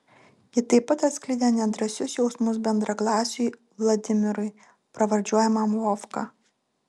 ji taip pat atskleidė nedrąsius jausmus bendraklasiui vladimirui pravardžiuojamam vovka